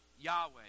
Yahweh